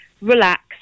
relax